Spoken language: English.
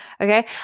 Okay